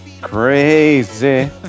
crazy